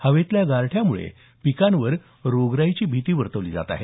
हवेतल्या गारठ्यामुळे पिकांवर रोगराईची भीती वर्तवली जात आहे